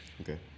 okay